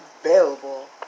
available